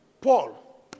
Paul